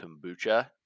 kombucha